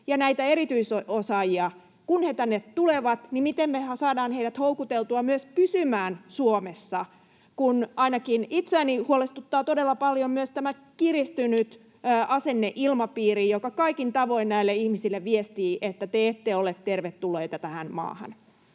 kun nämä erityisosaajat tänne tulevat, miten me saadaan heidät houkuteltua myös pysymään Suomessa, kun ainakin itseäni huolestuttaa todella paljon myös tämä kiristynyt asenneilmapiiri, joka kaikin tavoin näille ihmisille viestii, että te ette ole tervetulleita tähän maahan?